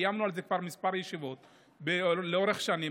קיימנו על זה כבר כמה ישיבות לאורך שנים.